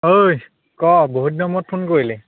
ঐ ক' বহুত দিনৰ মূৰত ফোন কৰিলি